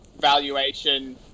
valuation